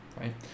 right